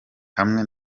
hamwe